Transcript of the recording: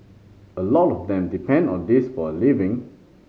a lot of them depend on this for a living